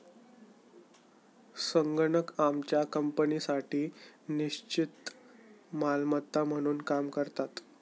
संगणक आमच्या कंपनीसाठी निश्चित मालमत्ता म्हणून काम करतात